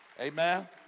Amen